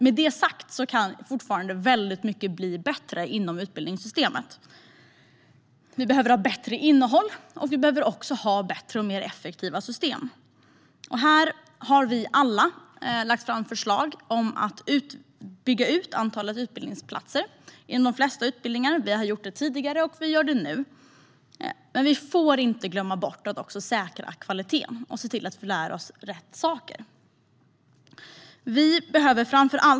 Med detta sagt är det mycket som kan bli väldigt mycket bättre inom utbildningssystemet. Det behövs ett bättre innehåll och bättre och mer effektiva system. Vi har alla lagt fram förslag om att man ska bygga ut antalet utbildningsplatser inom de flesta utbildningar. Vi har gjort det tidigare, och vi gör det nu. Men vi får inte glömma bort att också säkra kvaliteten och se till att man lär sig rätt saker.